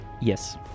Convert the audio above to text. yes